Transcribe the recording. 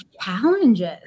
challenges